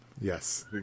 Yes